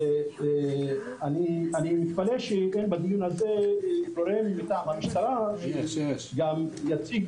אני מתפלא שאין בדיון הזה גורם מטעם המשטרה שגם יציג